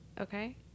okay